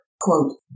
quote